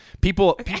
people